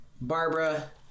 Barbara